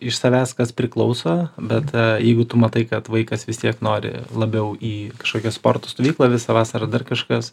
iš savęs kas priklauso bet jeigu tu matai kad vaikas vis tiek nori labiau į kažkokią sporto stovyklą visą vasarą dar kažkas